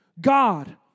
God